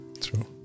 True